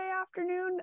afternoon